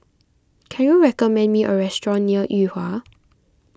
can you recommend me a restaurant near Yuhua